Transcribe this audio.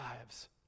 lives